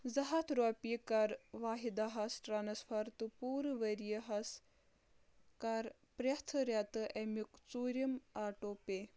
زٕ ہتھ رۄپیہِ کر واحداہس ٹرانسفر تہٕ پوٗرٕ ؤرۍ یہِ ہس کر پرٛٮ۪تھ رٮ۪تہٕ امیُک ژوٗرِم آٹو پے